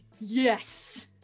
yes